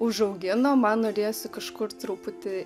užaugino man norėjosi kažkur truputį